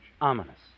ominous